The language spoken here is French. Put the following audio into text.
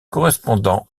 correspondant